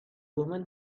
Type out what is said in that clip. woman